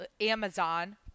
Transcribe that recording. Amazon